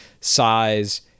size